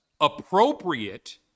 appropriate